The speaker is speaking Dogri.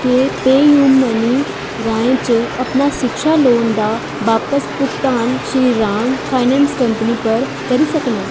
केह् पेऽयू मनी राहें च अपना शिक्षा लोन दा बापस भुगतान श्रीराम फाइनेंस कंपनी पर करी सकनां